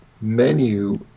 menu